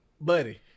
Buddy